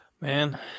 Man